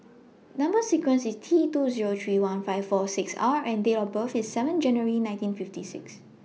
Number sequence IS T two Zero three one five four six R and Date of birth IS seven January nineteen fifty six